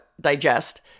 digest